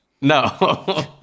no